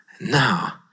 now